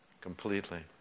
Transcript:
completely